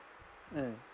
mm